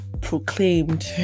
proclaimed